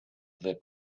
that